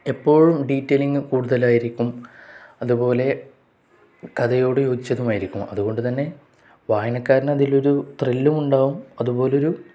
എപ്പോഴും ഡീറ്റെലിങ് കൂടുതലായിരിക്കും അതുപോലെ കഥയോട് യോജിച്ചതുമായിരിക്കും അതുകൊണ്ട് തന്നെ വായനക്കാരന് അതിലൊരു ത്രില്ലും ഉണ്ടാാവും അതുപോലെ ഒരു